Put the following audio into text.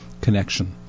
connection